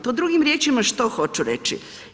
To drugim riječima, što hoću reći?